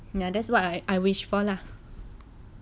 ya that's what I I wish for lah